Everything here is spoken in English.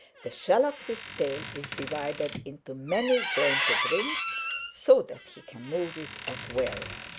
the shell of his tail is divided into many jointed rings so that he can move it at will